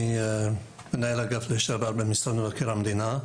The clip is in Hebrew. אני מנהל אגף לשעבר במשרד מבקר המדינה.